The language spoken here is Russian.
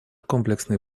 комплексный